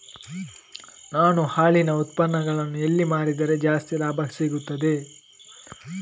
ನಾನು ಹಾಲಿನ ಉತ್ಪನ್ನಗಳನ್ನು ಎಲ್ಲಿ ಮಾರಿದರೆ ಜಾಸ್ತಿ ಲಾಭ ಸಿಗುತ್ತದೆ?